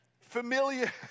Familiar